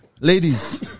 ladies